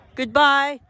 goodbye